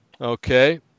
Okay